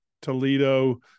Toledo